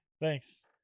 thanks